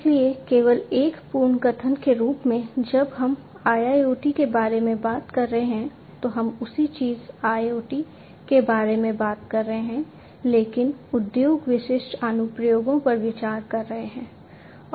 इसलिए केवल एक पुनर्कथन के रूप में जब हम IIoT के बारे में बात कर रहे हैं तो हम उसी चीज़ IoT के बारे में बात कर रहे हैं लेकिन उद्योग विशिष्ट अनुप्रयोगों पर विचार कर रहे हैं